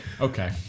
Okay